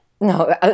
no